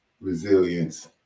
resilience